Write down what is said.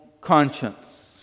conscience